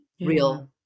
real